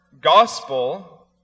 gospel